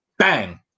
bang